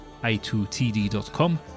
i2td.com